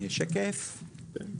אגב,